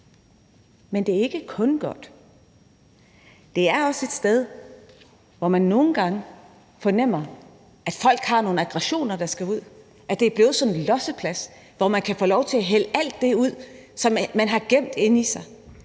Men det er ikke kun godt. Det er også et sted, hvor man nogle gange fornemmer folk har nogle aggressioner, der skal ud, altså at det er blevet sådan en losseplads, hvor man kan få lov til at hælde alt det ud, som man har gemt inde i sig.